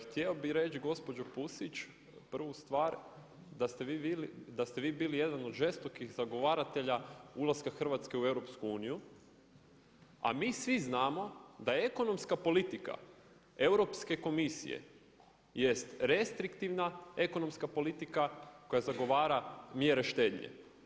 Htio bih reći gospođo Pusić prvu stvar da ste vi bili jedan od žestokih zagovaratelja ulaska Hrvatske u EU, a mi svi znamo da ekonomska politika Europske komisije jest restriktivna ekonomska politika koja zagovara mjere štednje.